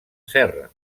serra